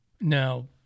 now